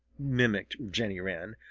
mimicked jenny wren.